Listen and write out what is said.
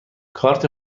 کارت